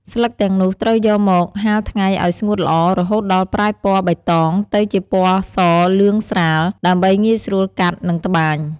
ស្លឹកទាំងនោះត្រូវយកមក ហាលថ្ងៃឲ្យស្ងួតល្អ រហូតដល់ប្រែពណ៌បៃតងទៅជាពណ៌សលឿងស្រាល ដើម្បីងាយស្រួលកាត់ និងត្បាញ។